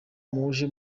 muje